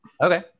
Okay